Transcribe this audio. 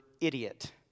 idiot